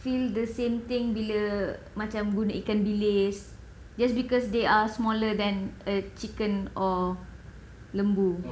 feel the same thing bila macam guna ikan bilis just because they are smaller than a chicken or lembu